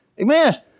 Amen